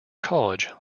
college